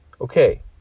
Okay